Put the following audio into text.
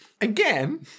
again